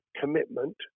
commitment